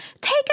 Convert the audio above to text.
take